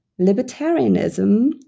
libertarianism